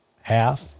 half